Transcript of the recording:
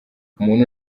umuntu